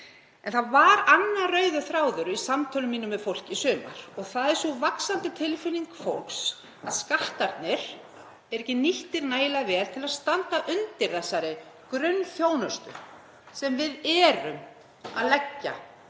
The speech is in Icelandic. En það var annar rauður þráður í samtölum mínum við fólk í sumar og það er sú vaxandi tilfinning fólks að skattarnir séu ekki nýttir nægilega vel til að standa undir þessari grunnþjónustu sem við erum að leggja